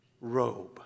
robe